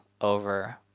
over